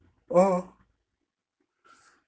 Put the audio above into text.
(uh huh)